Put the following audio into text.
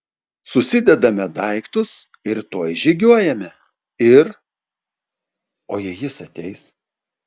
susidedame daiktus ir tuoj žygiuojame ir o jei jis ateis